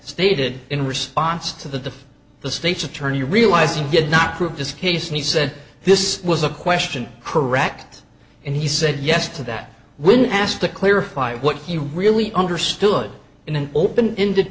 stated in response to the the state's attorney realizing did not prove this case and he said this was a question correct and he said yes to that when asked to clarify what he really understood in an open ended